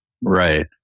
Right